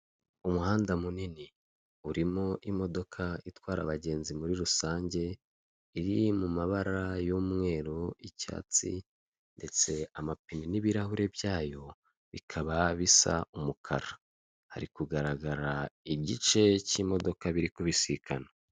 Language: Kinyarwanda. Umuhanda munini urimo imodoka itwara abagenzi muri rusange iri mu mabara y'umweru, y'icyatsi ndetse amapine n'ibirahure byayo bikaba bisa umukara, hari kugaragara igice cy'imodoka biri kubisikana.